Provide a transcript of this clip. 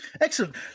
Excellent